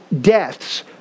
deaths